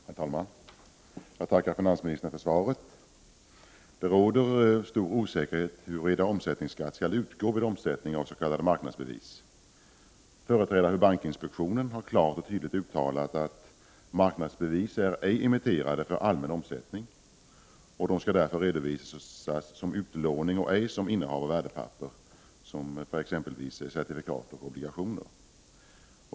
Herr talman! Jag tackar finansministern för svaret. Det råder stor osäkerhet om huruvida omsättningsskatt skall utgå vid omsättning av s.k. marknadsbevis. Företrädare för bankinspektionen har klart och tydligt uttalat att marknadsbevis ej är emitterade för allmän omsättning. De skall därför redovisas som utlåning och ej som innehav av värdepapper, vilket är fallet beträffande exempelvis för certifikat och obligationer.